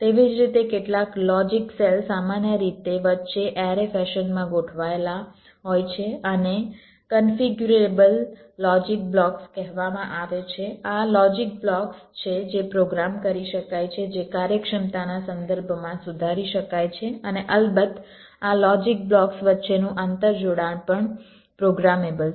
તેવી જ રીતે કેટલાક લોજિક સેલ સામાન્ય રીતે વચ્ચે એરે ફેશન માં ગોઠવાયેલા હોય છે આને કન્ફિગ્યુરેબલ લોજિક બ્લોક્સ કહેવામાં આવે છે આ લોજિક બ્લોક્સ છે જે પ્રોગ્રામ કરી શકાય છે જે કાર્યક્ષમતાના સંદર્ભમાં સુધારી શકાય છે અને અલબત્ત આ લોજિક બ્લોક્સ વચ્ચેનું આંતરજોડાણ પણ પ્રોગ્રામેબલ છે